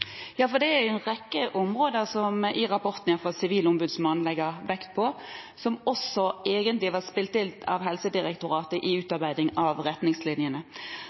En rekke områder i rapporten som Sivilombudsmannen legger vekt på, var egentlig spilt inn av Helsedirektoratet i utarbeidingen av retningslinjene.